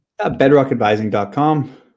bedrockadvising.com